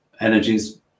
energies